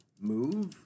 Move